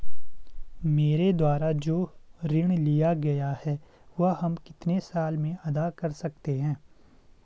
मेरे द्वारा जो ऋण लिया गया है वह हम कितने साल में अदा कर सकते हैं?